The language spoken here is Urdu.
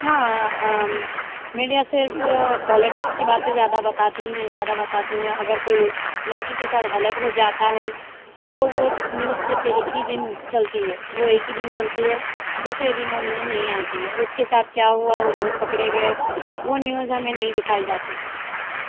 ہاں میڈیا صرف پالٹیکس کی باتیں زیادہ بتاتی ہیں زیادہ بتاتے ہیں اگر کوئی لڑکی کے ساتھ غلط ہو جاتا ہے تو وہ نیوز صرف ایک ہی دن چلتی ہے وہ ایک ہی دن چلتی ہے دوسرے دن وہ نیوز نہیں آتی ہے اس کے ساتھ کیا ہوا وہ لوگ پکڑے گئے وہ نیوز ہمیں نہیں دکھائی جاتی